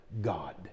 god